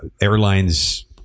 airlines